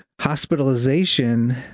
hospitalization